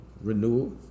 Renewal